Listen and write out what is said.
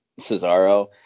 Cesaro